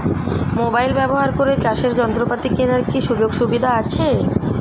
Mobile ব্যবহার করে চাষের যন্ত্রপাতি কেনার কি সুযোগ সুবিধা আছে?